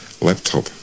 laptop